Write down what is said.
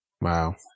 Wow